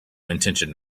intention